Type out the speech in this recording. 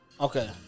okay